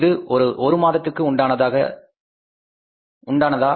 இது ஒரு மாதத்திற்கு உண்டானதா